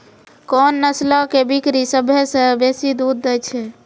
कोन नस्लो के बकरी सभ्भे से बेसी दूध दै छै?